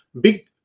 big